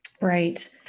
Right